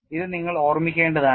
ഇത് നിങ്ങൾ ഓർമ്മിക്കേണ്ടതാണ്